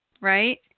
right